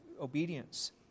obedience